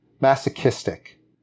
masochistic